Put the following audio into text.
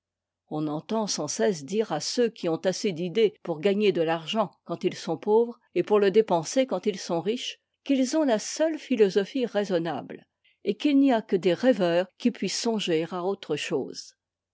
on entend sans cesse dire à ceux qui ont assez d'idées pour gagner de l'argent quand ils sont pauvres et pour le dépenser quand ils sont riches qu'ils ont la seule philosophie raisonnable et qu'il n'y a que des rêveurs qui puissent songer à autre chose